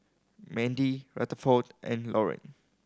Mandie Rutherford and Laurine